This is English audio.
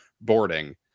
boarding